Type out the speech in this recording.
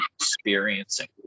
experiencing